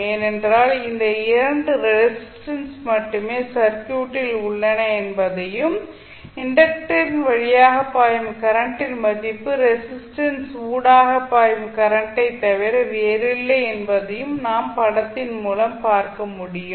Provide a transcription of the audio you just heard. ஏனென்றால் இந்த 2 ரெசிஸ்டன்ஸ் மட்டுமே சர்க்யூட்டில் உள்ளன என்பதையும் இண்டக்டரின் வழியாக பாயும் கரண்டின் மதிப்பு ரெசிஸ்டன்ஸ் ஊடாக பாயும் கரண்டை தவிர வேறில்லை என்பதையும் நாம் படத்தின் மூலம் பார்க்க முடியும்